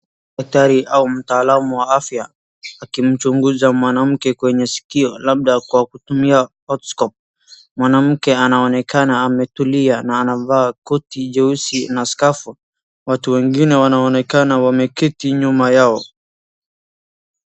Daktari au mtaalamu wa afya akimchunguza mwanamke kwenye sikio labda kwa kutumia otoscope . Mwanamke anaonekana ametulia na amevaa koti jeusi na skafu. Watu wengine wanaonekana wameketi nyuma yao.